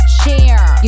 share